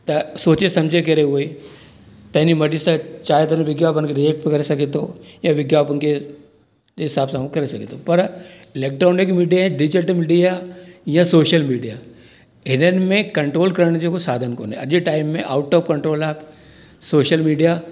त सोचे समुझे करे उहे पंहिंजी मैडिसेन चाहे त हुन विज्ञापन खे ॾे बि करे सघे थो या विज्ञापन खे जे हिसाब सां हू करे सघे थो पर इलैक्टॉनिक मीडिया ऐं डिजिटल मीडिया या सोशल मीडिया इन्हनि में कंट्रोल करण जेको साधन कोने अॼु जे टाइम में आउट ऑफ कंट्रोल आहे सोशल मीडिया